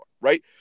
right